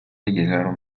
llegaron